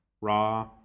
raw